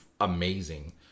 amazing